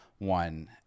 One